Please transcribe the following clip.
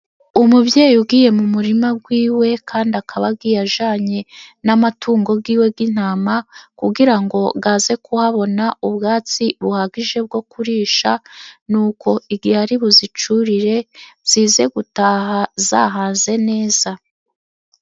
Umubyeyi ugiye mu murima wiwe, kandi akaba yajyanye n'amatungo yiwe y'intama, kugira ngo aze kuhabona ubwatsi buhagije bwo kurisha, nuko igihe ari buzicurire zize gutaha zahaze neza.